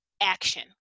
action